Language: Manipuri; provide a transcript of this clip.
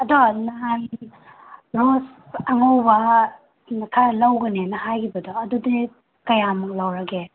ꯑꯗꯣ ꯅꯍꯥꯟꯤ ꯑꯋꯥꯠꯄ ꯑꯉꯧꯕ ꯃꯈꯥ ꯂꯧꯒꯅꯦꯅ ꯍꯥꯏꯒꯤꯕꯗꯣ ꯑꯗꯨꯗꯤ ꯀꯌꯥꯃꯨꯛ ꯂꯧꯔꯒꯦ